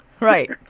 Right